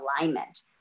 alignment